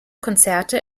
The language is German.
konzerte